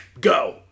go